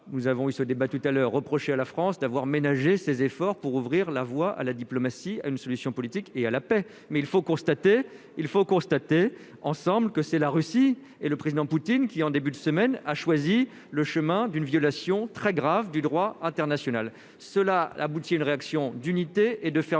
nous avons eu ce débat tout à l'heure, reprocher à la France d'avoir ménagé ses efforts pour ouvrir la voie à la diplomatie à une solution politique et à la paix, mais il faut constater, il faut constater ensembles que c'est la Russie et le président Poutine, qui, en début de semaine, a choisi le chemin d'une violation très grave du droit international, cela aboutit à une réaction d'unité et de fermeté